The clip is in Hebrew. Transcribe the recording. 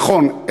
נכון.